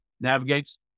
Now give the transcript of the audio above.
navigates